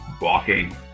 walking